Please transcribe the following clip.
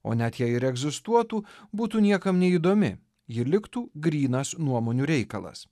o net jei ir egzistuotų būtų niekam neįdomi ji liktų grynas nuomonių reikalas